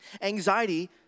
Anxiety